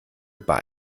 bei